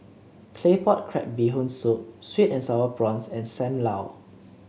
Claypot Crab Bee Hoon Soup sweet and sour prawns and Sam Lau